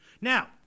Now